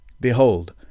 Behold